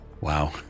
Wow